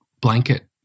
blanket